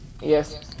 Yes